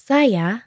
Saya